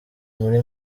muri